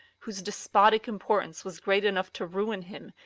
whose despotic importance was great enough to ruin him,